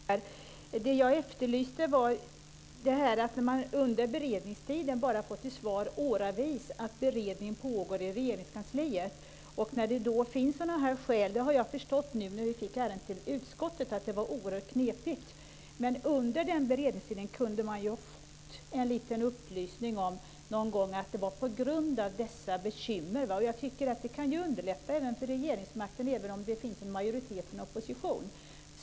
Fru talman! Jag inser att jag uttryckte mig lite oklart. Jag talade om detta att man åravis under beredningstiden bara får till svar att beredning pågår i Regeringskansliet. När vi fick ärendet till utskottet förstod jag att det var oerhört knepigt. Men under beredningstiden kunde man ju fått en liten upplysning om att dessa bekymmer fanns. Det borde ju kunna underlätta även för regeringsmakten, även om det finns en majoritet och en opposition.